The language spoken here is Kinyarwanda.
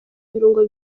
ibirungo